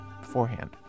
beforehand